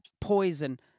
Poison